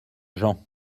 gens